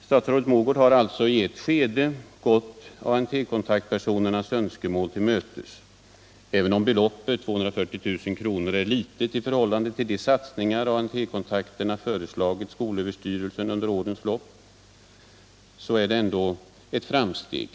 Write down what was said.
Statsrådet Mogård har alltså i ett skede gått ANT-kontaktpersonernas önskemål till mötes. Även om beloppet, 240 000 kr., är litet i förhållande till de satsningar ANT-kontaktpersonerna föreslagit skolöverstyrelsen under årens lopp, innebär det ändå ett framsteg.